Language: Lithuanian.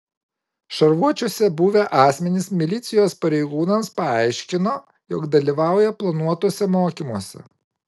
šarvuočiuose buvę asmenys milicijos pareigūnams paaiškino jog dalyvauja planuotuose mokymuose